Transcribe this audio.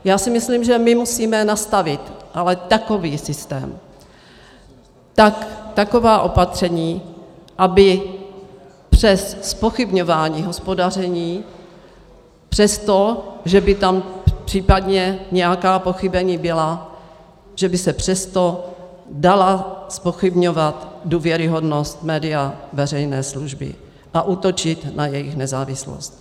Já si myslím, že musíme nastavit ale takový systém, taková opatření, aby přes zpochybňování hospodaření, přesto, že by tam případně nějaká pochybení byla, že by se přes to dala zpochybňovat důvěryhodnost média veřejné služby a útočit na jejich nezávislost.